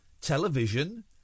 television